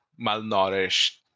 malnourished